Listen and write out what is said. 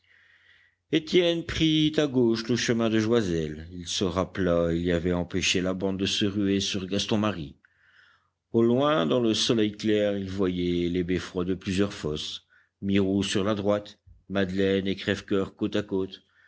étienne prit à gauche le chemin de joiselle il se rappela il y avait empêché la bande de se ruer sur gaston marie au loin dans le soleil clair il voyait les beffrois de plusieurs fosses mirou sur la droite madeleine et crèvecoeur côte à côte